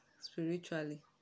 spiritually